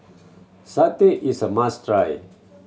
satay is a must try